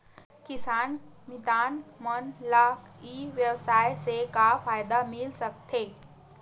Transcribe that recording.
किसान मितान मन ला ई व्यवसाय से का फ़ायदा मिल सकथे?